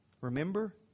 remember